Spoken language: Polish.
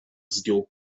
zdjął